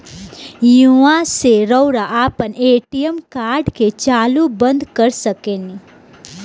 ईहवा से रऊआ आपन ए.टी.एम कार्ड के चालू बंद कर सकेनी